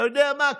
אתה יודע מה?